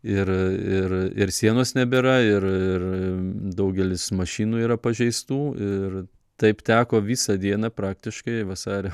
ir ir ir sienos nebėra ir ir daugelis mašinų yra pažeistų ir taip teko visą dieną praktiškai vasario